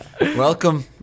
welcome